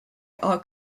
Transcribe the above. are